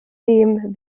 dem